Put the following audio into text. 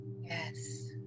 Yes